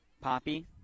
Poppy